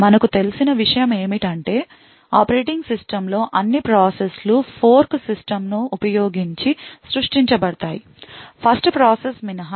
మనకు తెలిసిన విషయం ఏమిటంటే ఆపరేటింగ్ సిస్టమ్లోని అన్ని ప్రాసెస్లు ఫోర్క్ సిస్టమ్ను ఉపయోగించి సృష్టించబడతాయి 1st ప్రాసెస్ మినహా